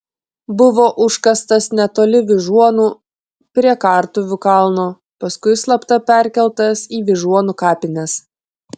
buvo užkastas netoli vyžuonų prie kartuvių kalno paskui slapta perkeltas į vyžuonų kapines